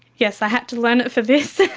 yes, i had to learn it for this.